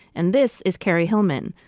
and this is carrie hillman,